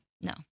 No